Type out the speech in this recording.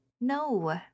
No